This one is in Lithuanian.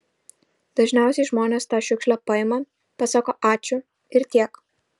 dažniausiai žmonės tą šiukšlę paima pasako ačiū ir tiek